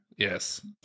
Yes